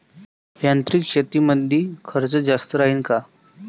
यांत्रिक शेतीमंदील खर्च जास्त राहीन का?